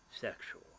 sexual